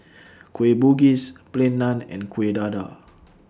Kueh Bugis Plain Naan and Kuih Dadar